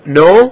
no